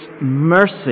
mercy